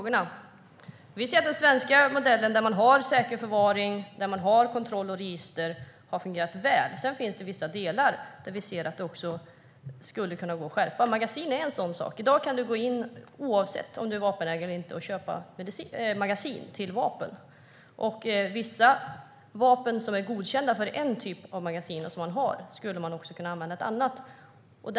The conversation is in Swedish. Fru talman! Vi anser att den svenska modellen med säker förvaring, kontroll och register har fungerat väl. Sedan finns det vissa delar där vi anser att det kan göras en skärpning. Vapenmagasin är en sådan fråga. I dag kan du oavsett om du är vapenägare eller inte köpa magasin till vapen. Vissa vapen som är godkända för en typ av magasin kan också användas med andra magasin.